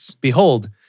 Behold